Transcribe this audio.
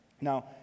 Now